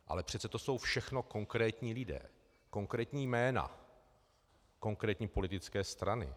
Ale přece to jsou všechno konkrétní lidé, konkrétní jména, konkrétní politické strany.